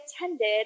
attended